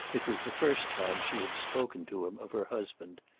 it was the first time she had spoken to him of her husband,